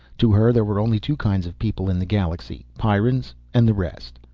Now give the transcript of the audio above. to her there were only two kinds of people in the galaxy pyrrans, and the rest.